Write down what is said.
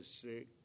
sick